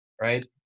Right